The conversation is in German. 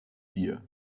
wir